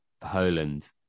Poland